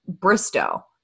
bristow